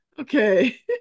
okay